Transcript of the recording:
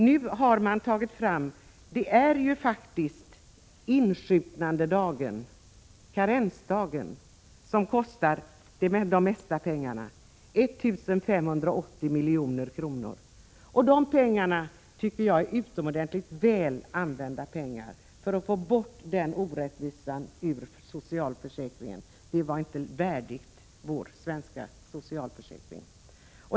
Nu är det faktiskt insjuknandedagen, karensdagen, som kostar de mesta pengarna, 1 580 milj.kr., och de pengarna tycker jag är utomordentligt väl använda för att få bort den orättvisan ur socialförsäkringen. Den var inte värdig vår svenska socialförsäkring.